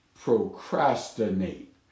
procrastinate